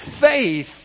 faith